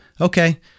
Okay